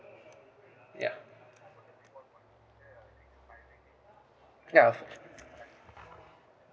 ya ya